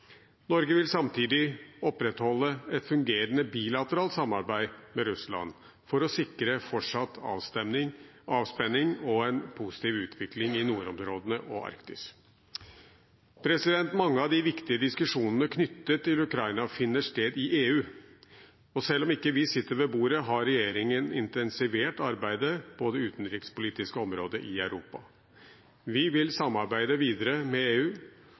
Norge vil samtidig opprettholde et fungerende bilateralt samarbeid med Russland for å sikre fortsatt avspenning og en positiv utvikling i nordområdene og i Arktis. Mange av de viktige diskusjonene knyttet til Ukraina finner sted i EU, og selv om vi ikke sitter ved bordet, har regjeringen intensivert arbeidet på det utenrikspolitiske området i Europa. Vi vil samarbeide videre med EU